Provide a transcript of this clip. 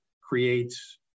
creates